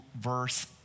verse